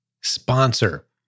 sponsor